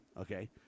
Okay